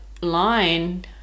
line